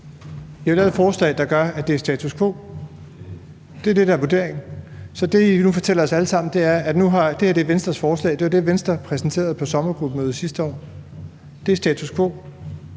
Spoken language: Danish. I har lavet et forslag, der gør, at det er status quo. Det er det, der er vurderingen. Så det, I nu fortæller os alle sammen, er, at det her er Venstres forslag – det var det, Venstre præsenterede på sommergruppemødet sidste år – og det er status quo.